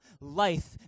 life